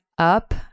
up